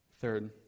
Third